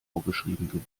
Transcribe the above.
vorgeschrieben